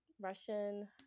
Russian